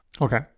Okay